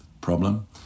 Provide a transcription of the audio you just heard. problem